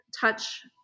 touch